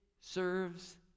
serves